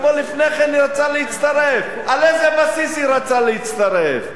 על איזה בסיס היא רצתה להצטרף?